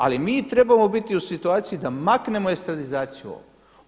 Ali mi trebamo biti u situaciji da maknemo estradizaciju ovu.